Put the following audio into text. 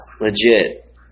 legit